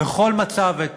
בכל מצב את